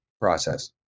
process